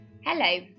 Hello